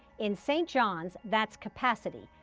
in st. johns, that's capacity.